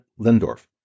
Lindorf